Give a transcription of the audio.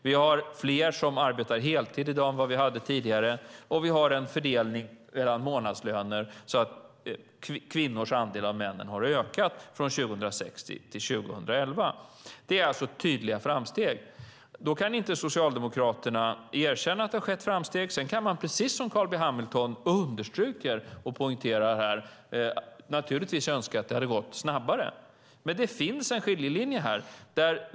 Vi har fler som arbetar heltid i dag än vad vi hade tidigare, och när det gäller fördelningen mellan månadslönerna har kvinnolönerna stigit från 2006 till 2011. Det är alltså tydliga framsteg. Socialdemokraterna kan inte erkänna att det har skett framsteg. Sedan kan man, precis som Carl B Hamilton poängterar, önska att det hade gått snabbare. Men det finns en skiljelinje här.